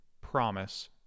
promise